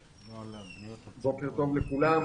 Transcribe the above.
בוקר טוב לכולם.